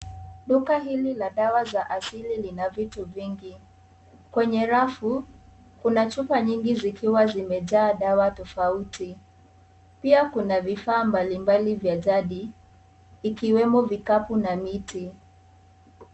Duka hili la dawa za asili lina vitu vingi. Kwenye rafu kuna chupa nyingi zikiwa zimejaa dawa tofauti. Pia kuna vifaa mbalimbali vya jadi ikiwemo vikapu na miti.